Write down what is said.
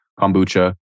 kombucha